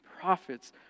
prophets